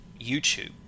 YouTube